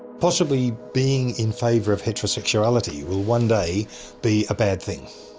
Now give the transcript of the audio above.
possibly being in favour of heterosexuality will one day be a bad thing.